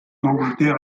angleterre